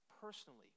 personally